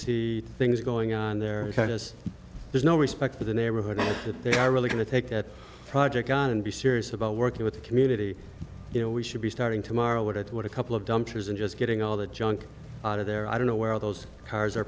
see things going on there because there's no respect for the neighborhood that they are really going to take a project on and be serious about working with the community you know we should be starting tomorrow what it was a couple of dumpsters and just getting all the junk out of there i don't know where those cars are